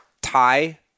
Tie